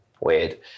Weird